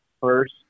first